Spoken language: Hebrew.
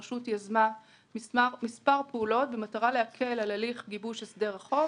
הרשות יזמה מספר פעולות במטרה להקל על הליך גיבוש הסדר החוב,